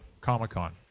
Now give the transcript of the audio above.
comic-con